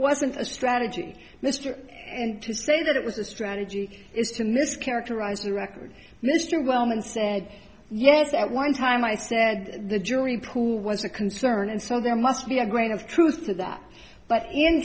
wasn't a strategy mr and to say that it was a strategy is to mischaracterize the record mr wellman said yes at one time i said the jury pool was a concern and so there must be a grain of truth to that but in